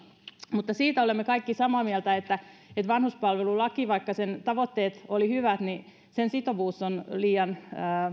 mutta siitä olemme kaikki samaa mieltä että että vanhuspalvelulain vaikka sen tavoitteet olivat hyvät sitovuus on liian